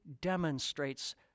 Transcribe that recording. demonstrates